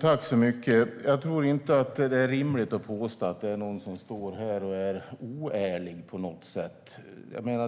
Fru talman! Jag tror inte att det är rimligt att påstå att det är någon som står här och är oärlig på något sätt.